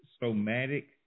somatic